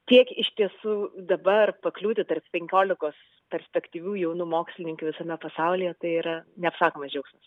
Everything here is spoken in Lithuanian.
tiek iš tiesų dabar pakliūti tarp penkiolikos perspektyvių jaunų mokslininkių visame pasaulyje tai yra neapsakomas džiaugsmas